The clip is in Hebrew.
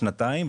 שנתיים,